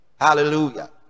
hallelujah